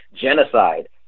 genocide